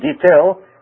detail